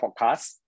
podcast